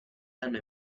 hanno